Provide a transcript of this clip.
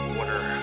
Water